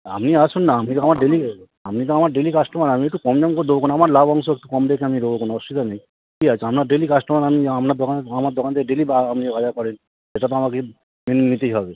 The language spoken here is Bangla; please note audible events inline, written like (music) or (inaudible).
আপনি আসুন না আপনি তো আমার ডেলি (unintelligible) আপনি তো আমার ডেলি কাস্টমার আমি একটু কম দাম করে দেবো খন আমার লাভ অংশ একটু কম রেখে আমি দেবো কোনো অসুবিধা নেই কী আছে আপনার ডেলি কাস্টমার আপনি আপনার দোকান আমার দোকান থেকে ডেলি বা আপনি বাজার করেন সেটা তো আমাকে মেনে নিতেই হবে